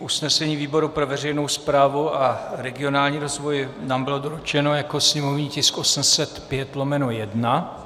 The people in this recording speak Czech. Usnesení výboru pro veřejnou správu a regionální rozvoj nám bylo doručeno jako sněmovní tisk 805/1.